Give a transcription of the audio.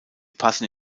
passen